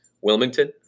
Wilmington